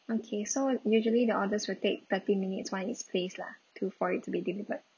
okay so usually the orders will take thirty minutes once it's place lah to for it to be delivered